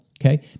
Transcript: okay